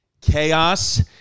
Chaos